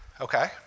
Okay